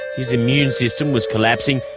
his immune system was collapsing,